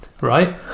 right